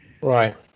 Right